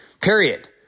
Period